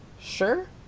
sure